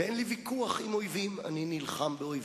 אין לי ויכוח עם אויבים, אני נלחם באויבים,